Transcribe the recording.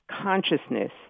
consciousness